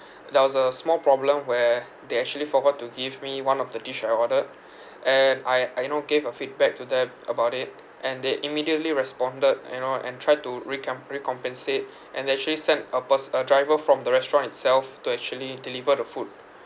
there was a small problem where they actually forgot to give me one of the dish I ordered and I I you know gave a feedback to them about it and they immediately responded you know and try to recam~ recompensate and actually sent a pers~ a driver from the restaurant itself to actually deliver the food